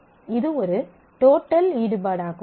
இது ஒரு டோட்டல் ஈடுபாடாகும்